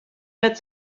met